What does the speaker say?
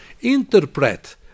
interpret